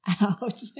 out